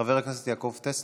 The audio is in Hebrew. חבר הכנסת יעקב טסלר,